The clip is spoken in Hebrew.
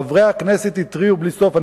חברי הכנסת התריעו בלי סוף.